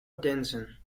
attention